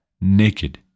naked